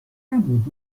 نبود